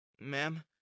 ma'am